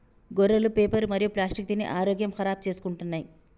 గొర్రెలు పేపరు మరియు ప్లాస్టిక్ తిని ఆరోగ్యం ఖరాబ్ చేసుకుంటున్నయ్